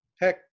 Heck